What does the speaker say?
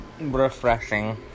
Refreshing